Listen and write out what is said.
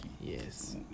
Yes